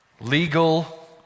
legal